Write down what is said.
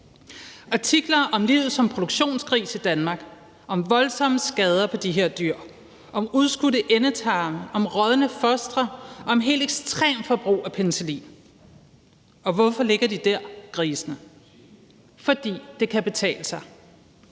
artikler om livet som produktionsgris i Danmark, om voldsomme skader på de her dyr, om udskudte endetarme, om rådne fostre og om et helt ekstremt forbrug af penicillin. Hvorfor ligger de der, grisene? Fordi det kan betale sig